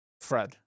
Fred